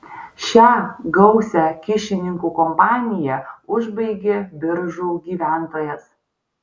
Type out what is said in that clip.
šią gausią kyšininkų kompaniją užbaigė biržų gyventojas